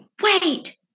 wait